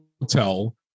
hotel